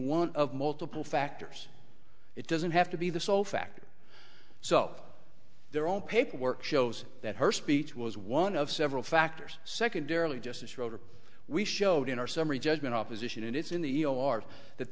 one of multiple factors it doesn't have to be the sole factor so their own paperwork shows that her speech was one of several factors secondarily just as we showed in our summary judgment opposition and it's in the yard that